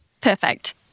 Perfect